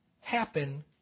happen